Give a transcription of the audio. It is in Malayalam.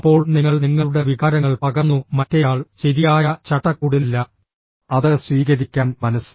അപ്പോൾ നിങ്ങൾ നിങ്ങളുടെ വികാരങ്ങൾ പകർന്നു മറ്റേയാൾ ശരിയായ ചട്ടക്കൂടിലല്ല അത് സ്വീകരിക്കാൻ മനസ്സ്